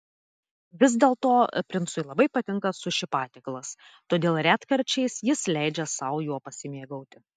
vis dėlto princui labai patinka suši patiekalas todėl retkarčiais jis leidžia sau juo pasimėgauti